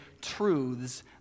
truths